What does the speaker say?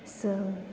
जों